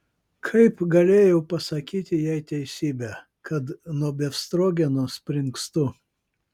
kaip galėjau pasakyti jai teisybę kad nuo befstrogeno springstu